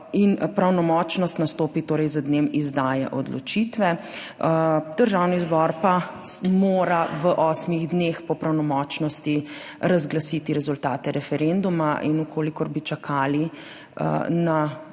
Pravnomočnost nastopi torej z dnem izdaje odločitve. Državni zbor pa mora v osmih dneh po pravnomočnosti razglasiti rezultate referenduma. In če bi čakali na